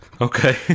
Okay